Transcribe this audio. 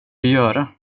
göra